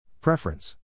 Preference